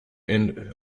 end